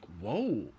whoa